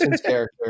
character